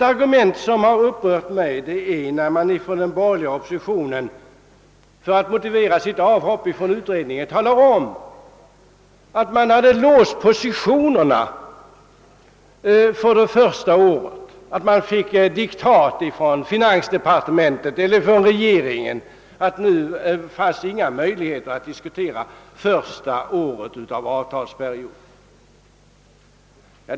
Något som har upprört mig är att man från borgerligt håll velat motivera sitt avhopp från försvarsutredningen med att positionerna för det första året blivit låsta; utredningen skulle ha fått diktat från finansdepartementet eller från regeringen om att det inte fanns några möjligheter att diskutera första året av avtalsperioden.